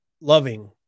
loving